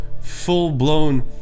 full-blown